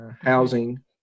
housing